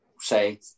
say